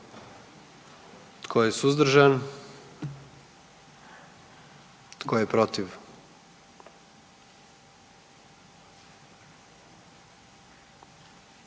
Tko je suzdržan? I tko je protiv?